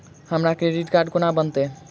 हमरा credit card कोना बनतै?